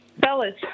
fellas